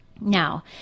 Now